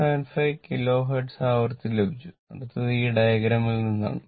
475 kilohertz ആവൃത്തി ലഭിച്ചു അടുത്തത് ഈ ഡയഗ്രാമിൽ നിന്നാണ്